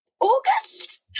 August